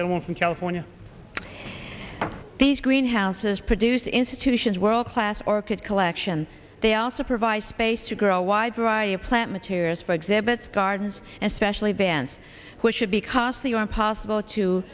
don't want from california these greenhouses produce institutions world class orchid collection they also provide space to grow a wide variety of plant materials for exhibits gardens especially bands who should be costly or impossible to